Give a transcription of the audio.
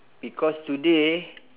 because today